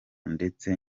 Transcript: ndetse